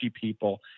people